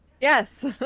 Yes